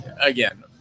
again